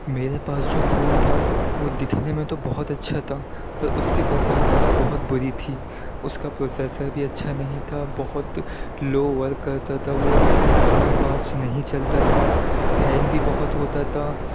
میرے پاس جو فون تھا وہ دکھنے میں تو بہت اچھا تھا پر اس کی پرفارمنس بہت بری تھی اس کا پروسیسر بھی اچھا نہیں تھا بہت لو ورک کرتا تھا وہ اتنا فاسٹ نہیں چلتا تھا ہینگ بھی بہت ہوتا تھا